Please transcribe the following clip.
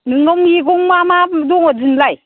नोंनाव मैगं मा मा दङ दिनैलाय